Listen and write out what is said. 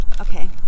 Okay